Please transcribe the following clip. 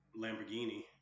Lamborghini